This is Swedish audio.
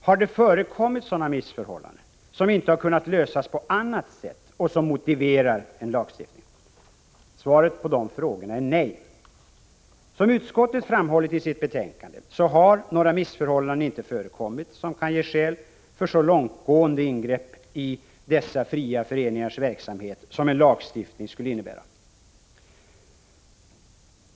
Har det förekommit missförhållanden som inte har kunnat lösas på annat sätt och som motiverar en lagstiftning? Svaret på dessa frågor är nej. Som utskottet framhållit i sitt betänkande har det inte förekommit några missförhållanden, som kan ge skäl för så långtgående ingrepp i dessa fria föreningars verksamhet som en lagstiftning skulle innebära.